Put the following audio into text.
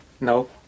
No